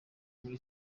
muri